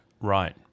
Right